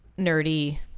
nerdy